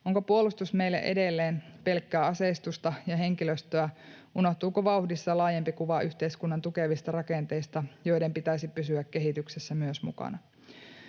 Onko puolustus meille edelleen pelkkää aseistusta ja henkilöstöä? Unohtuuko vauhdissa laajempi kuva yhteiskunnan tukevista rakenteista, joiden pitäisi myös pysyä kehityksessä mukana?